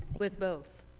with both.